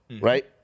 Right